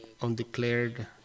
Undeclared